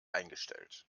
eingestellt